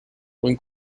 when